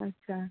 ଆଚ୍ଛା